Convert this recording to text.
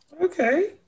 Okay